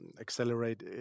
accelerate